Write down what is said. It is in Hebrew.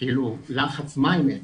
כאילו לחץ מים אין